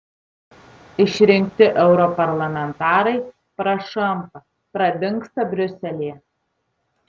išrinkti europarlamentarai prašampa pradingsta briuselyje